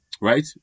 right